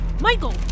Michael